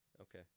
Okay